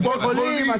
אבל בתי חולים,